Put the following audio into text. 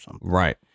Right